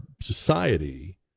society